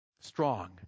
strong